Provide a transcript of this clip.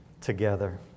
together